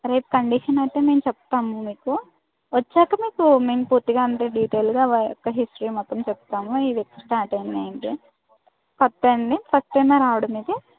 రేపు కండిషన్ అయితే మేము చెప్తాము మీకు వచ్చాక మీకు మేము పూర్తిగా అంటే డీటెయిల్గా హిస్టరీ మొత్తం చెప్తాము ఇది ఎప్పుడు స్టార్ట్ అయింది ఏంటి ఫస్ట్ అండి ఫస్ట్ టైమా రావడం ఇది